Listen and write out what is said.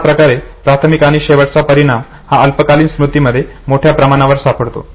अशा प्रकारे प्राथमिक आणि शेवटचा परिणाम हा अल्पकालीन स्मृतीमध्ये मोठ्या प्रमाणावर सापडतो